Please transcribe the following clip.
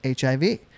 HIV